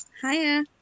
Hiya